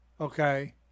okay